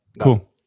Cool